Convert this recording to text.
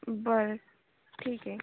बरं ठीक आहे